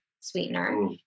sweetener